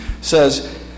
says